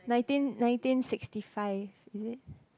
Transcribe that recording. nineteen nineteen sixty five is it